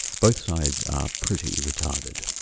both sides are pretty retarded.